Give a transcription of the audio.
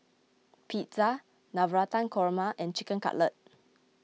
Pizza Navratan Korma and Chicken Cutlet